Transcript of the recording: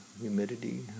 humidity